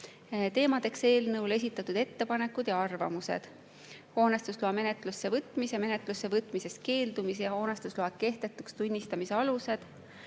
Teemadeks eelnõu kohta esitatud ettepanekud ja arvamused: hoonestusloa menetlusse võtmise, menetlusse võtmisest keeldumise ja hoonestusloa kehtetuks tunnistamise alused;